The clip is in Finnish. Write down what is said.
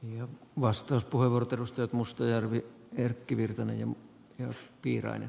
ja vastauspuheenvuorot edustajat mustajärvi erkki virtanen päivään viikossa